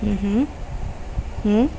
हं हं हं